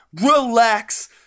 relax